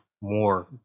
more